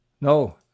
No